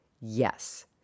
Yes